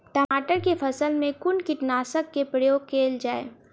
टमाटर केँ फसल मे कुन कीटनासक केँ प्रयोग कैल जाय?